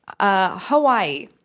Hawaii